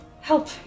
help